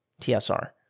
TSR